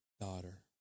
daughter